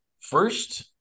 first